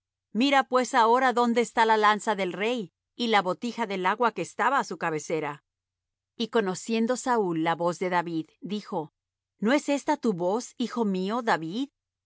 mira pues ahora dónde está la lanza del rey y la botija del agua que estaba á su cabecera y conociendo saúl la voz de david dijo no es esta tu voz hijo mío david